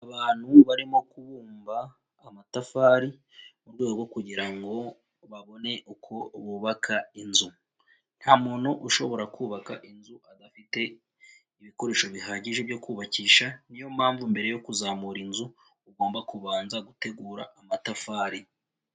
Abantu barimo kubumba amatafari, mu rwego kugira ngobabone uko bubaka inzu. Ntamuntu ushobora kubaka inzu adafite ibikoresho bihagije byo kubakisha niyo mpamvu mbere yo kuzamura inzu, ugomba kubanza gutegura amatafari.